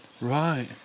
Right